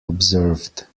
observed